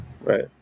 right